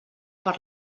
per